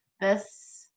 This-